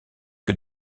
que